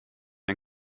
ein